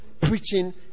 preaching